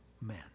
men